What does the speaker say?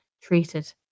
treated